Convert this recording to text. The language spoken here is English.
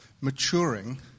maturing